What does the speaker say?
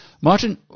Martin